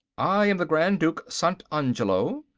i am the grand duke sant' angelo.